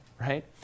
right